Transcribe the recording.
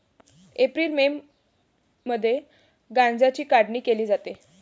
April May मध्ये गांजाची काढणी केली जाते